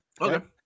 Okay